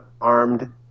armed